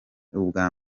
ubwa